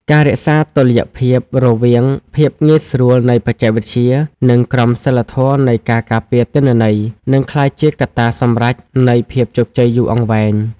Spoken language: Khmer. ការរក្សាតុល្យភាពរវាងភាពងាយស្រួលនៃបច្ចេកវិទ្យា និងក្រមសីលធម៌នៃការការពារទិន្នន័យ នឹងក្លាយជាកត្តាសម្រេចនៃភាពជោគជ័យយូរអង្វែង។